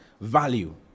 value